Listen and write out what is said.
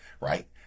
right